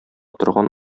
торган